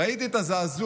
ראיתי את הזעזוע,